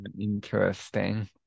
Interesting